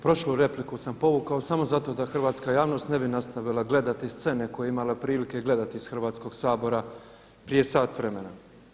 Prošlu repliku sam povukao sam zato da hrvatska javnost ne bi nastavila gledati scene koje je imala prilike gledati iz Hrvatskog sabora prije sat vremena.